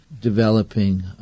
developing